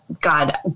God